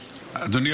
2024,